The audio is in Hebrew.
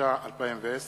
התש"ע 2010,